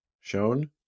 shown